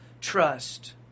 trust